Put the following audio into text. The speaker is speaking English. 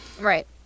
Right